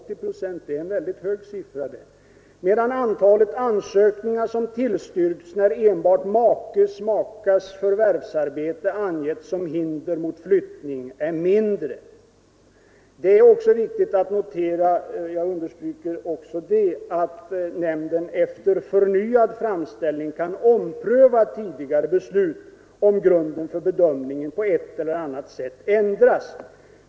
Det är en väldigt hög siffra. Antalet ansökningar som tillstyrkts när enbart makes eller makas förvärvsarbete angetts som hinder mot flyttning är mindre. Jag understryker också att nämnden efter förnyad framställning kan ompröva tidigare beslut, om grunden för bedömningen på ett eller annat sätt ändrats.